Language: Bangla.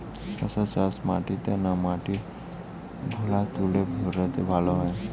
শশা চাষ মাটিতে না মাটির ভুরাতুলে ভেরাতে ভালো হয়?